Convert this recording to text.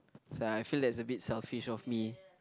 so I feel that it's a bit selfish of me